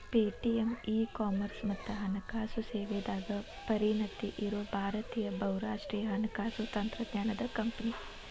Paytm e commerce ಮತ್ತ ಹಣಕಾಸು ಸೇವೆದಾಗ ಪರಿಣತಿ ಇರೋ ಭಾರತೇಯ ಬಹುರಾಷ್ಟ್ರೇಯ ಹಣಕಾಸು ತಂತ್ರಜ್ಞಾನದ್ ಕಂಪನಿ